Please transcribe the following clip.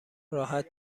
راحت